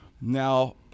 Now